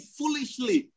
foolishly